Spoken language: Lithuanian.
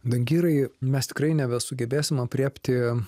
dangirai mes tikrai nesugebėsim aprėpti